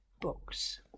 Books